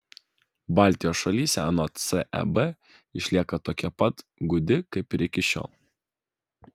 baltijos šalyse anot seb išlieka tokia pat gūdi kaip ir iki šiol